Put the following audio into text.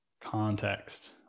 context